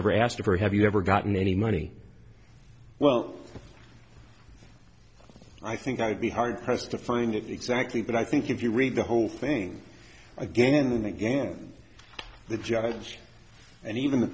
her have you ever gotten any money well i think i'd be hard pressed to find it exactly but i think if you read the whole thing again and again the judge and even the